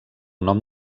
nom